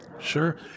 Sure